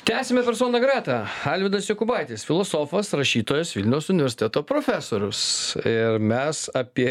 tęsiame persona greta alvydas jokubaitis filosofas rašytojas vilniaus universiteto profesorius ir mes apie